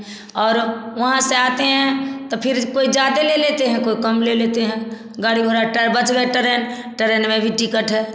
और वहाँ से आते हैं तो फिर कोई ज़्यादा ले लेते हैं कोई काम ले लेते हैं गाड़ी घोड़ा टर बच गए ट्रेन ट्रेन में भी टिकट है